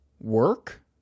work